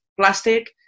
Plastic